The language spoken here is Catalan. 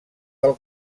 del